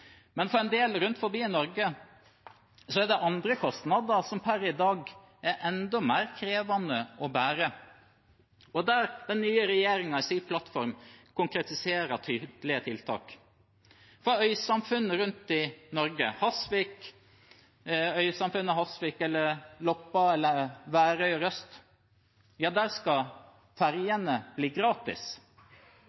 Men for en del rundt omkring i Norge er det kostnader som per i dag er enda mer krevende å bære, og der den nye regjeringen i sin plattform konkretiserer tydelige tiltak. I øysamfunn rundt omkring i Norge – som Hasvik, Loppa, Værøy og Røst – skal